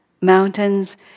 mountains